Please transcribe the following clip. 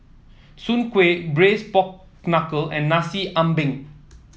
Soon Kway Braised Pork Knuckle and Nasi Ambeng